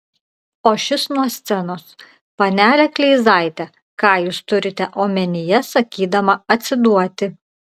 o šis nuo scenos panele kleizaite ką jūs turite omenyje sakydama atsiduoti